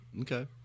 Okay